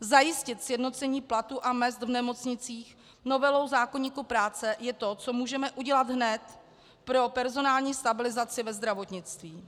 Zajistit sjednocení platů a mezd v nemocnicích novelou zákoníku práce je to, co můžeme udělat hned pro personální stabilizaci ve zdravotnictví.